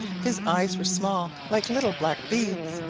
his eyes were small, like little black beads.